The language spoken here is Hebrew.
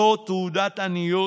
זו תעודת עניות,